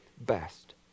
best